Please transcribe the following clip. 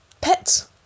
pets